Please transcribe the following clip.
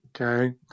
Okay